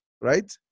right